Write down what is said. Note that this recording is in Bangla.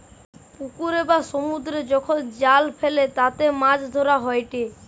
পুকুরে বা সমুদ্রে যখন জাল ফেলে তাতে মাছ ধরা হয়েটে